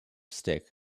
stick